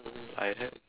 mm I have